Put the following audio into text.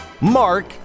Mark